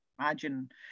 imagine